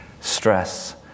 stress